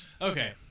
Okay